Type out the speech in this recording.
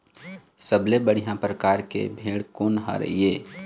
सबले बढ़िया परकार के भेड़ कोन हर ये?